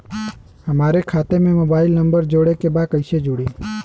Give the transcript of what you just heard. हमारे खाता मे मोबाइल नम्बर जोड़े के बा कैसे जुड़ी?